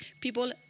people